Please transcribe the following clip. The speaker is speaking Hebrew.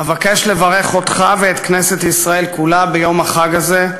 אבקש לברך אותך ואת כנסת ישראל כולה ביום החג הזה,